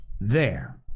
There